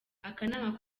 akanama